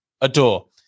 adore